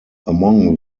among